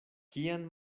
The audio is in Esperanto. kian